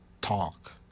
talk